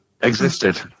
Existed